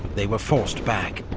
they were forced back.